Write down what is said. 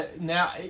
now